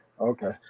okay